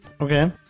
Okay